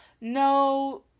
No